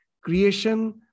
Creation